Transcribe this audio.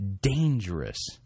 dangerous